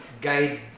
guide